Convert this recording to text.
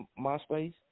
MySpace